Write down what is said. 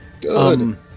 Good